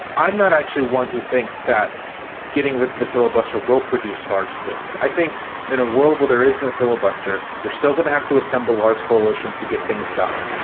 i'm not actually one who thinks that getting with the filibuster will produce large swings. i think in a world where there is no filibuster, you're still going to have to assemble large coalitions to get things done.